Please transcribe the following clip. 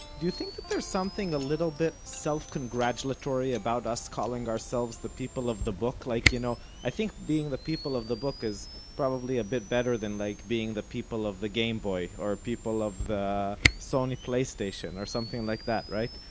you think that there's something a little bit self-congratulatory about us calling ourselves the people of the book? like, you know, i think being the people of the book is probably a bit better than like being the people of the game-boy or the people of the sony playstation or something like that, right?